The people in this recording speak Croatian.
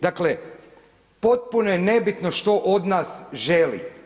Dakle, potpuno je nebitno što od nas želi.